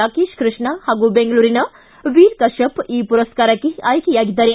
ರಾಕೇಶ ಕೃಷ್ಣ ಹಾಗೂ ಬೆಂಗಳೂರಿನ ವೀರ ಕಡ್ಡಪ್ ಈ ಪುರಸ್ಕಾರಕ್ಕೆ ಆಯ್ಕೆಯಾಗಿದ್ದಾರೆ